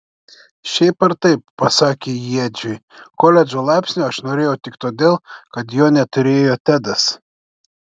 šiaip ar taip pasakė ji edžiui koledžo laipsnio aš norėjau tik todėl kad jo neturėjo tedas